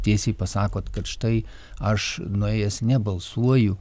tiesiai pasakot kad štai aš nuėjęs nebalsuoju